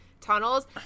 tunnels